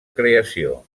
creació